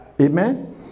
Amen